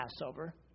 Passover